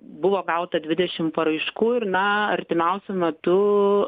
buvo gauta dvidešim paraiškų ir na artimiausiu metu